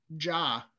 Ja